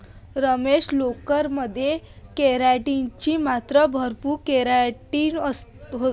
रमेश, लोकर मध्ये केराटिन ची मात्रा भरपूर केराटिन असते